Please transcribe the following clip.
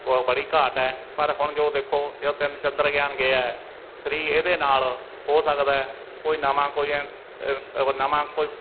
ਬੜੀ ਘਾਟ ਹੈ ਪਰ ਹੁਣ ਜੋ ਦੇਖੋ ਕ ਤਿੰਨ ਚੰਦਰਯਾਨ ਗਿਆ ਥਰੀ ਇਹਦੇ ਨਾਲ ਹੋ ਸਕਦਾ ਕੋਈ ਨਵਾਂ ਕੋਈ ਐਂ ਉਹ ਨਵਾਂ ਕੋਈ